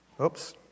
Oops